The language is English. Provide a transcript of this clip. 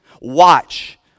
watch